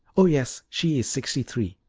oh yes she is sixty-three.